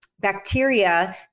bacteria